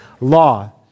Law